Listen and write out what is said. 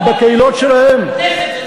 הכנסת זה "סופרלנד".